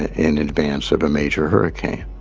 in advance of a major hurricane.